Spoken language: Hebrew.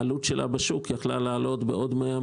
העלות שלה בשוק היה יכול לעלות בעוד 100,000,